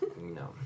no